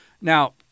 Now